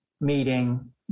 meeting